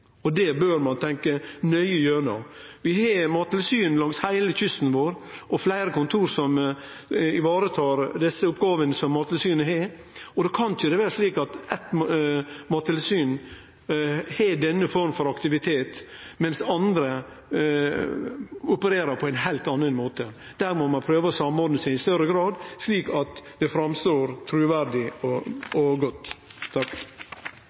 og det bør ein tenkje nøye gjennom. Vi har mattilsyn langs heile kysten vår og fleire kontor som varetar dei oppgåvene som Mattilsynet har. Da kan det ikkje vere slik at eitt mattilsyn har denne forma for aktivitet, mens andre opererer på ein heilt annan måte. Der må ein prøve å samordne seg i større grad, slik at det står fram som truverdig